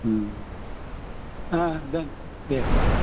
ओम ओ दोन दे होमबा